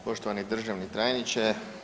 Poštovani državni tajniče.